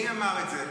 מי אמר את זה?